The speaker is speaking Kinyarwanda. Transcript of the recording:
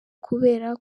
kubera